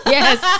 Yes